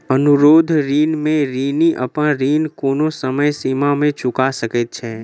अनुरोध ऋण में ऋणी अपन ऋण कोनो समय सीमा में चूका सकैत छै